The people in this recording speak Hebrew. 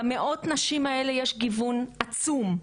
במאות נשים האלה יש גיוון עצום,